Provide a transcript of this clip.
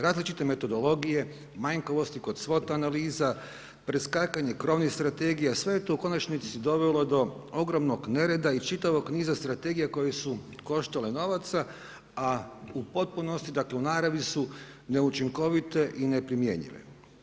Različite metodologije, manjkavosti kod SVOT analiza, preskakanje krovnih strategija, sve je to u konačnici dovelo do ogromnog nereda i čitavog niza strategija koje su koštale novaca, a u potpunosti u naravi su neučinkovite i neprimjenjive.